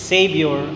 Savior